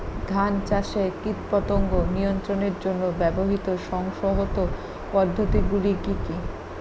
ধান চাষে কীটপতঙ্গ নিয়ন্ত্রণের জন্য ব্যবহৃত সুসংহত পদ্ধতিগুলি কি কি?